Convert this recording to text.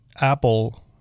Apple